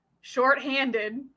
shorthanded